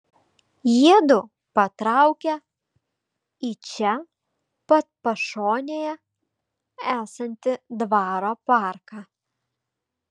jiedu patraukia į čia pat pašonėje esantį dvaro parką